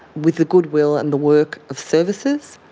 with the good will and the work of services,